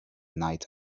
night